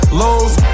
lows